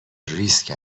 ریسک